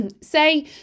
say